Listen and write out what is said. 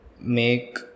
make